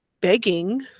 begging